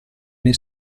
nei